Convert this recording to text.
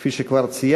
כפי שכבר ציינתי,